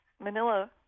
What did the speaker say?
Manila